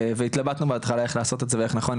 והתלבטנו בהתחלה איך לעשות את זה ואיך נכון,